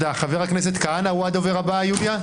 חבר הכנסת כהנא הוא הדובר הבא, יוליה?